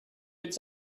could